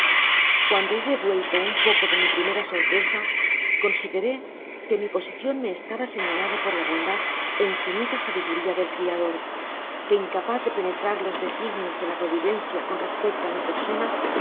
cuando hube vuelto un peco de mi primera sorpresa consideré que mi posicion me estaba señalada por la bondad é infinita sabiduria del criador que incapaz de penetrar los designios de la providencia con respecto á mi persona